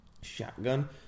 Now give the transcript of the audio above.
Shotgun